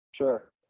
Sure